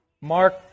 Mark